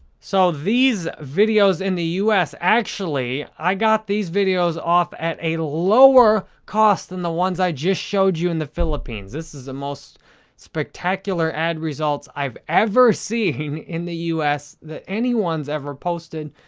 so, these videos in the us, actually, i got these videos off at a lower cost than the ones i just showed you in the philippines. this is the most spectacular ad results i've ever seen in the us that anyone's ever posted.